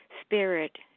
spirit